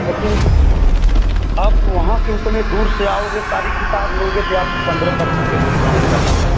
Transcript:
लेकिन आप वहाँ से उतने दूर से आओगे सारी किताब लोगे ते आपको पन्द्रह परसेंटेज डिस्काउंट कर दूँगा